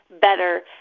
better